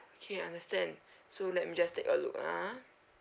okay understand so let me just take a look ah